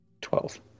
twelve